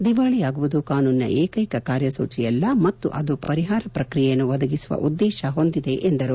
ದಿವಾಳಿಯಾಗುವುದು ಕಾನೂನಿನ ಏಕೈಕ ಕಾರ್ಯಸೂಚಿಯಲ್ಲ ಮತ್ತು ಅದು ಪರಿಹಾರ ಪ್ರಕ್ರಿಯೆಯನ್ನು ಒದಗಿಸುವ ಉದ್ದೇಶ ಹೊಂದಿದೆ ಎಂದರು